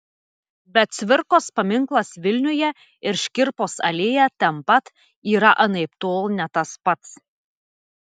bet cvirkos paminklas vilniuje ir škirpos alėja ten pat yra anaiptol ne tas pats